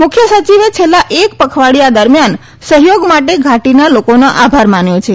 મુખ્ય સચિવે છેલ્લા એક પખવાડિયા દરમિથાન સહયોગ માટે ઘાટીના લોકોનો આભાર માન્યો છે